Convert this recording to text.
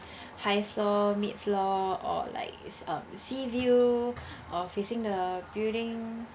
high floor mid floor or like is um seaview or facing the building